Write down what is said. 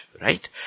right